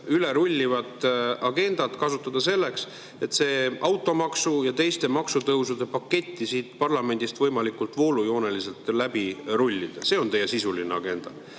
üle rullivat agendat kasutada selleks, et see automaksu ja maksutõusude pakett siit parlamendist võimalikult voolujooneliselt läbi rullida. See on teie sisuline agenda. Kuid